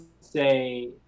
say